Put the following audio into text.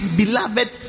beloved